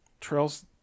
Trails